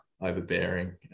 overbearing